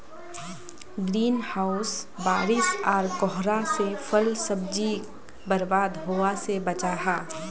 green house बारिश आर कोहरा से फल सब्जिक बर्बाद होवा से बचाहा